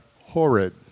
horrid